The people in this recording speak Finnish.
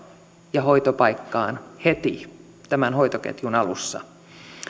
ja hoitopaikkaan heti tämän hoitoketjun alussa